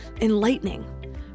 enlightening